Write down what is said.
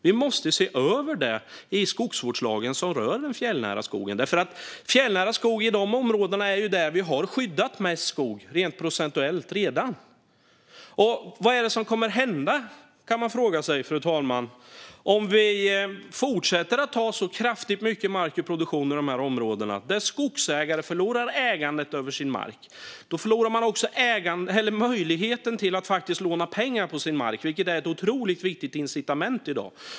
Vi måste se över det i skogsvårdslagen som rör den fjällnära skogen. Fjällnära skog är ju de områden där vi redan har skyddat mest skog rent procentuellt. Man kan fråga sig vad som kommer att hända, fru talman, om vi fortsätter att ta så mycket mark ur produktion i dessa områden. När skogsägare förlorar ägandet av sin mark förlorar de också möjligheten att låna pengar på sin mark, vilket är ett otroligt viktigt incitament i dag.